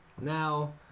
Now